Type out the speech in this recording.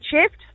shift